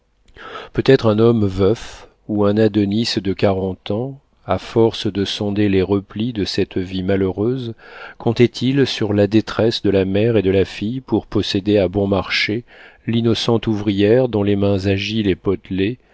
peut-être un homme veuf ou un adonis de quarante ans à force de sonder les replis de cette vie malheureuse comptait-il sur la détresse de la mère et de la fille pour posséder à bon marché l'innocente ouvrière dont les mains agiles et potelées